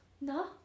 No